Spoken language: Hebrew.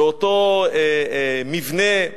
באותו מבנה,